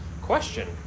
question